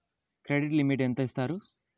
Credit limit ఎంత ఇస్తారు?